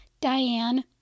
Diane